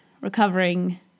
recovering